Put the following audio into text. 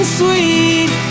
sweet